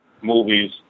movies